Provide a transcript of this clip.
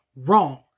wrong